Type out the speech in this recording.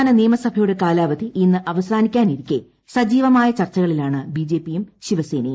സംസ്ഥാന നിയമസഭയുടെ കാലാവധി ഇന്ന് അവസാനിക്കാനിരിക്കേ സജീവമായ ചർച്ചകളിലാണ് ബിജെപിയും ശിവസേനയും